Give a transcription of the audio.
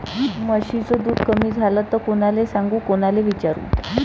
म्हशीचं दूध कमी झालं त कोनाले सांगू कोनाले विचारू?